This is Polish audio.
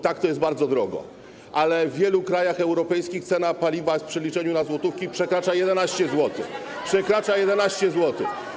Tak, to jest bardzo drogo, ale w wielu krajach europejskich cena paliwa w przeliczeniu na złotówki przekracza 11 zł - przekracza 11 zł.